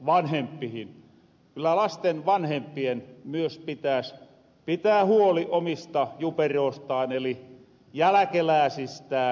kyllä lasten vanhempien myös pitääs pitää huoli omista juperoostaan eli jäläkelääsistään